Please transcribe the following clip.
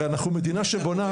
הרי אנחנו מדינה שבונה,